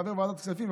כחבר ועדת כספים,